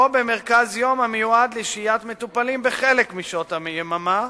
במרכז-יום המיועד לשהיית מטופלים בחלק משעות היממה,